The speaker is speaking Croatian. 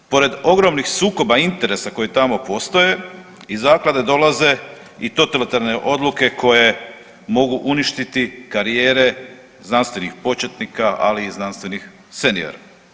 Pored ogromnih sukoba interesa koji tamo postoje iz zaklade dolaze i totalitarne odluke koje mogu uništiti karijere znanstvenih početnika ali i znanstvenih seniora.